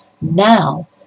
now